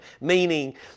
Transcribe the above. meaning